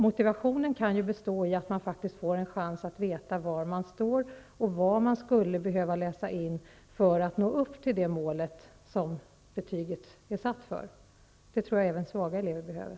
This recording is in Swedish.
Motivationen kan bestå i att man får en chans att få veta var man står och vad man skulle behöva läsa in för att nå upp till det mål som betyget är satt för. Det tror jag att även svaga elever behöver.